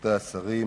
רבותי השרים,